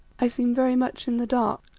i seem very much in the dark,